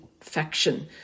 faction